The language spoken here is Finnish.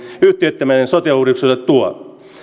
yhtiöittäminen sote uudistukselle tuo